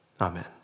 Amen